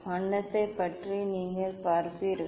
வண்ணத்தைப் பற்றி நீங்கள் பார்ப்பீர்கள்